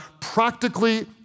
practically